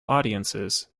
audiences